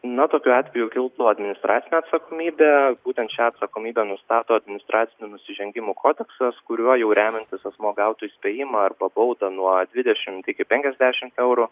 na tokiu atveju kiltų administracinė atsakomybė būtent šią atsakomybę nustato administracinių nusižengimų kodeksas kuriuo jau remiantis asmuo gautų įspėjimą arba baudą nuo dvidešimt iki penkiasdešimt eurų